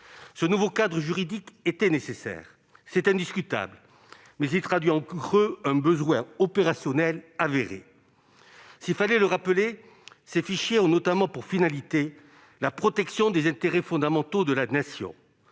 Ce nouveau cadre juridique était nécessaire, c'est indiscutable, mais il traduit en creux un besoin opérationnel avéré. S'il fallait le rappeler, ces fichiers ont notamment pour finalité la protection des intérêts fondamentaux de la Nation.